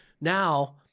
now